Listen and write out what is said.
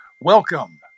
welcome